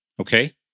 Okay